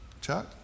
Chuck